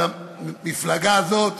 המפלגה הזאת,